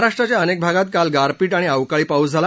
महाराष्ट्राच्या अनेक भागात काल गारपी आणि अवकाळी पाऊस झाला